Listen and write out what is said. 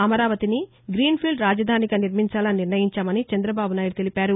అమరావతిని గ్రీన్ఫీల్డ్ రాజధానిగా నిర్మించాలని నిర్ణయించామని చంద్రబాబు నాయుడు అన్నారు